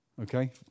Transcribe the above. Okay